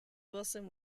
wilson